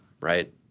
right